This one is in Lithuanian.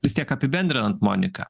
vis tiek apibendrinant monika